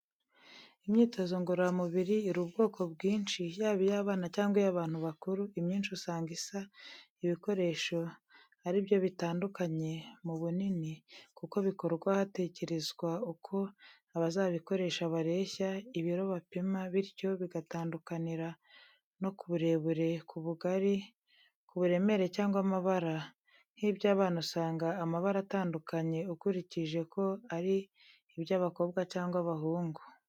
Imyitozo ngororamubiri iri ubwoko bwinshi, yaba iy'abana cyangwa iy'abantu bakuru, imyinshi usanga isa, ibikoresho ari byo bitandukanye mu bunini, kuko bikorwa hatekerezwa uko abazabikoresha bareshya, ibiro bapima, bityo bigatandukanira no ku burebure, ku bugari, ku buremere cyangwa amabara, nk'iby'abana usanga amabara atandukanye ukurikije ko ari iby'abakobwa cyangwa abahungu.